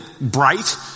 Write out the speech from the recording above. bright